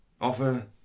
Offer